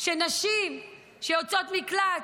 שנשים שיוצאות ממקלט,